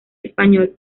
español